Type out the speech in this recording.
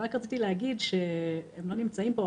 הם לא נמצאים פה,